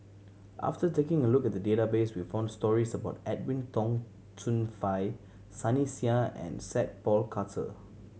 after taking a look at the database we found stories about Edwin Tong Chun Fai Sunny Sia and Sat Pal Khattar